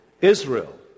Israel